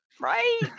right